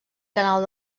canal